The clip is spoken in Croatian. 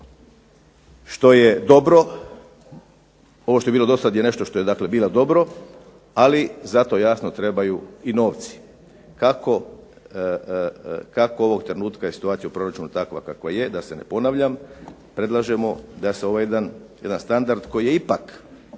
što je dobro, ovo što je bilo do sada je nešto što je bilo dobro, ali za to naravno trebaju novci. Kako ovog trenutku je situacija u proračunu takva kakva je da se ne ponavljam, predlažemo da se ovaj jedan standard koji je ipak,